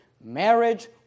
marriage